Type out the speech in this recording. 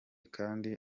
kandi